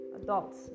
adults